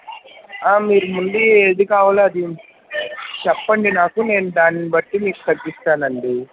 మీకు ముందు ఏది కావాలో అది చెప్పండి నాకు నేను దాన్ని బట్టి తగ్గిస్తాను అండి